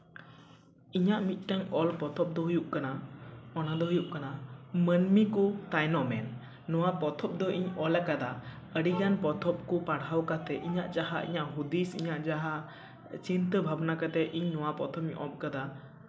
ᱤᱧᱟᱹᱜ ᱢᱤᱫᱴᱮᱱ ᱚᱞ ᱯᱚᱛᱚᱵᱽ ᱫᱚ ᱦᱩᱭᱩᱜ ᱠᱟᱱᱟ ᱚᱱᱟ ᱫᱚ ᱦᱩᱭᱩᱜ ᱠᱟᱱᱟ ᱢᱟᱹᱱᱢᱤ ᱠᱚ ᱛᱟᱭᱱᱚᱢᱮᱱ ᱱᱚᱣᱟ ᱯᱚᱛᱚᱵᱽ ᱫᱚ ᱤᱧ ᱚᱞ ᱟᱠᱟᱫᱟ ᱟᱹᱰᱤᱜᱟᱱ ᱯᱚᱛᱚᱵᱽ ᱠᱚ ᱯᱟᱲᱦᱟᱣ ᱠᱟᱛᱮᱜ ᱤᱧᱟᱹᱜ ᱡᱟᱦᱟᱸ ᱦᱩᱫᱤᱥ ᱤᱧᱟᱹᱜ ᱡᱟᱦᱟᱸ ᱪᱤᱱᱛᱟᱹ ᱵᱷᱟᱵᱽᱱᱟ ᱠᱟᱛᱮᱜ ᱤᱧ ᱱᱚᱣᱟ ᱯᱨᱚᱛᱷᱚᱢ ᱤᱧ ᱚᱞ ᱠᱟᱫᱟ